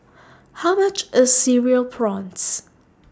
How much IS Cereal Prawns